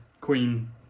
queen